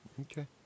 Okay